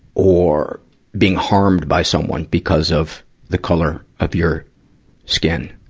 or being harmed by someone because of the color of your skin?